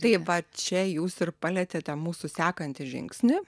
tai va čia jūs ir palietėte mūsų sekantį žingsnį